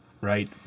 right